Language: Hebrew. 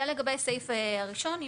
זה לגבי הסעיף הראשון.